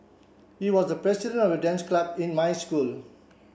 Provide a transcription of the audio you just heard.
he was the president of the dance club in my school